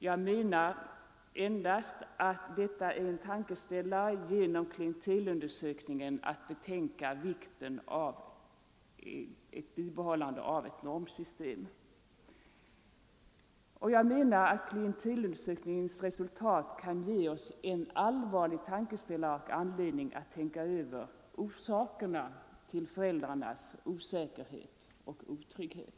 Jag menar endast att vi genom klientelundersökningen har fått en tankeställare att begrunda vikten av ett bibehållande av ett normsystem. Och jag anser att klientelundersökningens resultat kan ge oss anledning att allvarligt tänka över orsakerna till föräldrarnas osäkerhet och otrygghet.